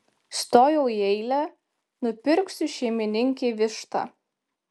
stojau į eilę nupirksiu šeimininkei vištą